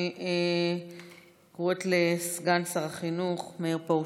אני קוראת לסגן שר החינוך מאיר פרוש,